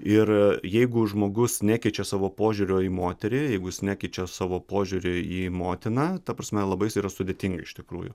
ir jeigu žmogus nekeičia savo požiūrio į moterį jeigu jis nekeičia savo požiūrio į motiną ta prasme labai sudėtinga iš tikrųjų